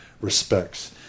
respects